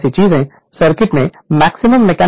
तो यह फिजिकली रूप से संभव नहीं है